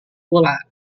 bola